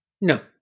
no